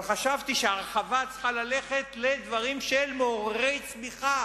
אבל חשבתי שהרחבה צריכה ללכת לדברים מעוררי צמיחה,